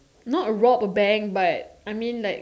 not a rob a bank but I mean like